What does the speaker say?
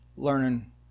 learning